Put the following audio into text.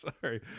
Sorry